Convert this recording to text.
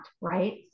right